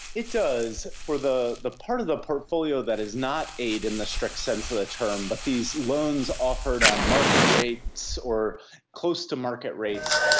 it does. for the the part of the portfolio that is not aid in the strict sense of the term but these loans offered on market rates or close to market rates,